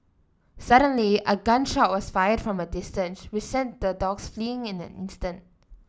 suddenly a gun shot was fired from a distance which sent the dogs fleeing in an instant